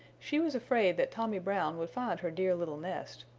she was afraid that tommy brown would find her dear little nest,